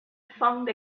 found